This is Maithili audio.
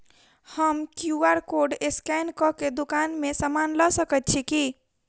हम क्यू.आर कोड स्कैन कऽ केँ दुकान मे समान लऽ सकैत छी की?